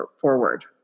forward